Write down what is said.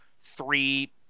three